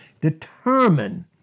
determine